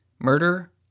murder